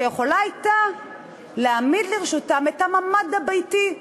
שיכולה להעמיד לרשותם את הממ"ד הביתי,